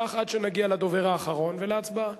כך, עד שנגיע לדובר האחרון ולהצבעה.